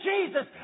Jesus